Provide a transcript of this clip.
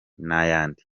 n’ayandi